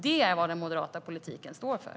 Det är vad den moderata politiken står för.